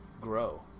grow